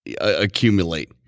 accumulate